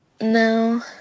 No